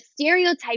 stereotype